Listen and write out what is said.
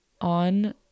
on